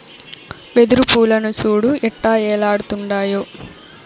వెదురు పూలను సూడు ఎట్టా ఏలాడుతుండాయో